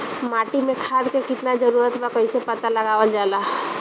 माटी मे खाद के कितना जरूरत बा कइसे पता लगावल जाला?